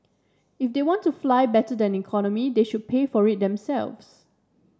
if they want to fly better than economy they should pay for it themselves